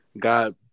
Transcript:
God